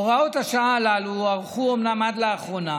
הוראות השעה הללו הוארכו אומנם עד לאחרונה,